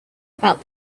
about